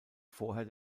vorher